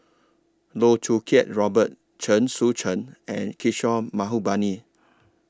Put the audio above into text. Loh Choo Kiat Robert Chen Sucheng and Kishore Mahbubani